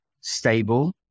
stable